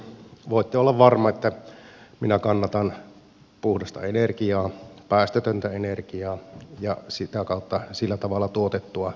voitte olla varma että minä kannatan puhdasta energiaa päästötöntä energiaa ja sitä kautta sillä tavalla tuotettua energiaa